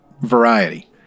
variety